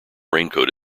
raincoat